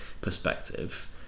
perspective